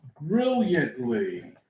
brilliantly